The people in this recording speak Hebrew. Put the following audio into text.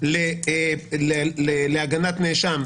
להגנת נאשם,